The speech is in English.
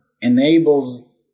enables